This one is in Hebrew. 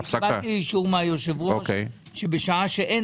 אני קיבלתי אישור מהיושב-ראש שבשעה שאין